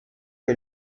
que